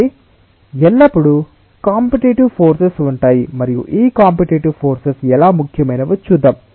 కాబట్టి ఎల్లప్పుడూ competitive forces ఉంటాయి మరియు ఈ కాంపిటీటివ్ ఫోర్సెస్ ఎలా ముఖ్యమైనవో చూద్దాం